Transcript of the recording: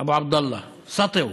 אבו עבדאללה,